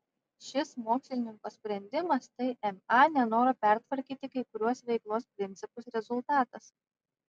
šis mokslininko sprendimas tai ma nenoro pertvarkyti kai kuriuos veiklos principus rezultatas